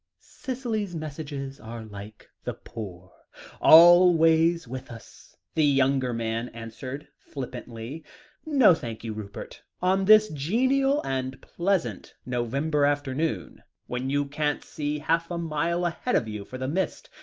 cicely's messages are like the poor always with us, the younger man answered flippantly no, thank you, rupert on this genial and pleasant november afternoon, when you can't see half a mile ahead of you for the mist,